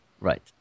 Right